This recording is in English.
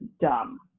dumb